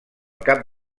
cap